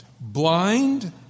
blind